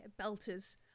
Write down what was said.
belters